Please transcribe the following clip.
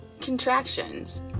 contractions